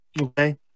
okay